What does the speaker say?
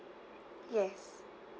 yes